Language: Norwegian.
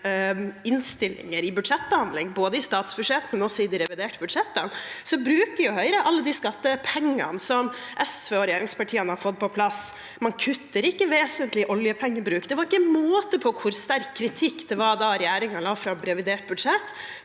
innstillinger i budsjettbehandlingen, både i statsbudsjettet og i det reviderte budsjettet, bruker jo Høyre alle de skattepengene som SV og regjeringspartiene har fått på plass. Man kutter ikke vesentlig i oljepengebruken. Det var ikke måte på hvor sterk kritikk det var da regjeringen la fram revidert budsjett,